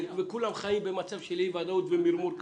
כולם חיים במצב של אי ודאות ומרמור קבוע.